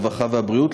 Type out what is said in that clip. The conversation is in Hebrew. והרווחה והבריאות,